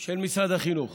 של משרד החינוך